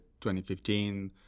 2015